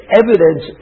evidence